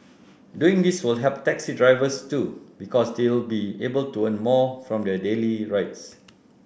doing this will help taxi drivers too because they'll be able to earn more from their daily rides